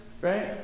right